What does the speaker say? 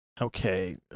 Okay